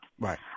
Right